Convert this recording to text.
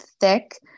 thick